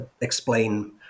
explain